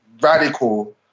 radical